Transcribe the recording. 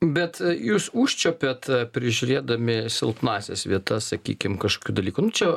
bet jūs užčiuopiat prižiūrėdami silpnąsias vietas sakykim kažkokių dalykų nu čia